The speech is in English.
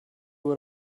what